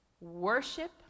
worship